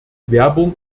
werbung